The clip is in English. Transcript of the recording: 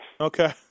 Okay